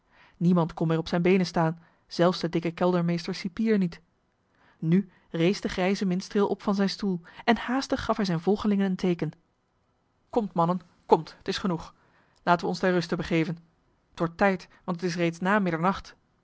niemand kon meer op zijne beenen staan zelfs de dikke keldermeester cipier niet nu rees de grijze minstreel op van zijn stoel en haastig gaf hij zijnen volgelingen een teeken komt mannen komt t is genoeg laten we ons ter ruste begeven t wordt tijd want het is reeds na middernacht